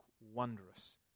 wondrous